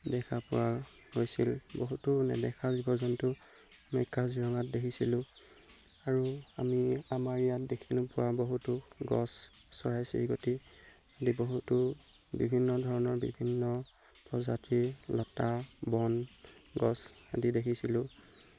দেখা পোৱা হৈছিল বহুতো নেদেখা জীৱ জন্তু আমি কাজিৰঙাত দেখিছিলোঁ আৰু আমি আমাৰ ইয়াত দেখি নোপোৱা বহুতো গছ চৰাই চিৰিকটি আদি বহুতো বিভিন্ন ধৰণৰ বিভিন্ন প্ৰজাতিৰ লতা বন গছ আদি দেখিছিলোঁ